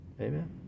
Amen